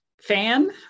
fan